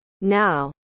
Now